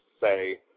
say